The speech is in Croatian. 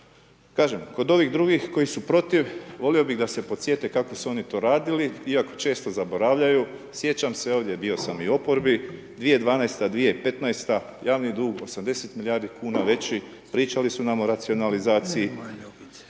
Kažem kod ovih drugih koji su protiv volio bih da se podsjete kako su oni to radili iako često zaboravljaju, sjećam se ovdje bio sam i u oporbi 2012. – 2015. javni dug 80 milijardi kuna veći pričali su nam o racionalizaciji